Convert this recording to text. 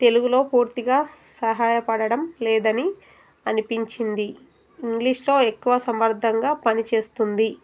తెలుగులో పూర్తిగా సహాయపడడం లేదని అనిపించింది ఇంగ్లీష్లో ఎక్కువ సమర్థవంతంగా పనిచేస్తుంది